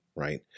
right